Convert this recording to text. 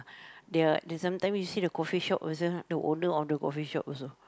they are they're sometimes you see the coffee shop person the owner of the coffee shop also